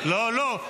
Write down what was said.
--- לא, לא.